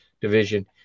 division